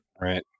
right